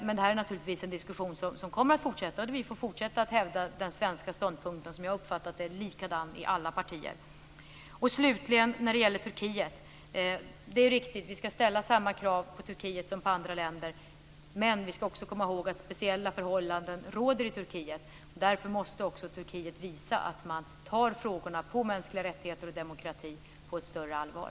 Det är en diskussion som naturligtvis kommer att fortsätta, och vi får fortsätta att hävda den svenska ståndpunkten, som jag har uppfattat är likadan i alla partier. När det slutligen gäller Turkiet är det riktigt att vi ska ställa samma krav på Turkiet som på andra länder, men vi ska också komma ihåg att speciella förhållanden råder i Turkiet. Därför måste också Turkiet visa att man tar frågorna om mänskliga rättigheter och demokrati på större allvar.